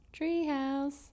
Treehouse